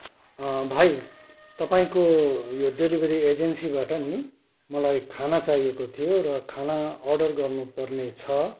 अँ भाइ तपाईँको यो डेलिभेरी एजेन्सीबाट नि मलाई खाना चाहिएको थियो र खाना अर्डर गर्नु पर्नेछ